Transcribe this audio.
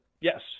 Yes